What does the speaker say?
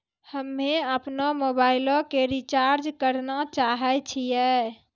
हम्मे अपनो मोबाइलो के रिचार्ज करना चाहै छिये